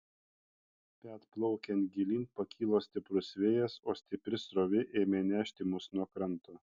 bet plaukiant gilyn pakilo stiprus vėjas o stipri srovė ėmė nešti mus nuo kranto